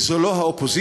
וזאת לא האופוזיציה.